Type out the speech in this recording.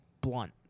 Blunt